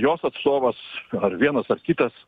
jos atstovas ar vienas ar kitas